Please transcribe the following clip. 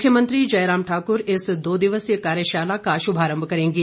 मुख्यमंत्री जयराम ठाकुर इस दो दिवसीय कार्यशाला का शुभारंभ करेंगे